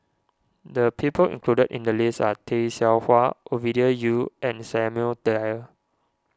the people included in the list are Tay Seow Huah Ovidia Yu and Samuel Dyer